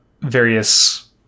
various